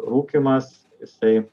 rūkymas jisai